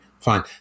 fine